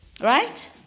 Right